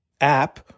app